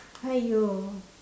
!haiyo!